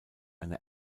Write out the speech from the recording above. eine